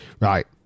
Right